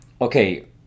okay